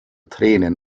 tränen